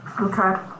Okay